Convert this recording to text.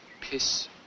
piss